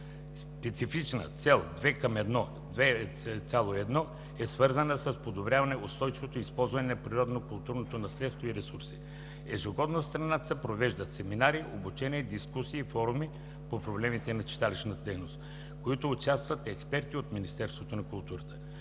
Специфична цел 2.1 е свързана с подобряване на устойчивото използване на природното и културното наследство и ресурси. Ежегодно в страната се провеждат семинари, обучения, дискусии и форуми по проблемите на читалищната дейност, в които участват експерти от Министерството на културата.